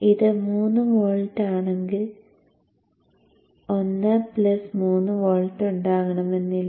ഇത് 3 വോൾട്ട് ആണെങ്കിൽ 1 plus 3 volt ഉണ്ടാകണമെന്നില്ല